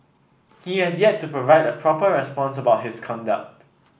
he has yet to provide a proper response about his conduct